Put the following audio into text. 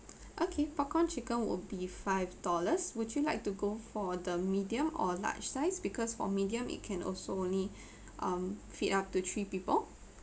okay popcorn chicken would be five dollars would you like to go for the medium or large size because for medium it can also only um feed up to three people